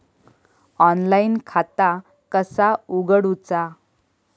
Online खाता कसा उगडूचा?